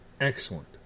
Excellent